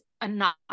enough